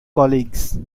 colleagues